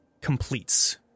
completes